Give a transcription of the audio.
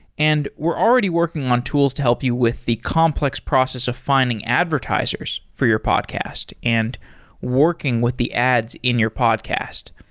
and we're already working on tools to help you with the complex process of finding advertisers for your podcast and working with the ads in your podcast.